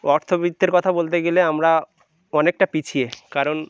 অর্থবিত্তের কথা বলতে গেলে আমরা অনেকটা পিছিয়ে কারণ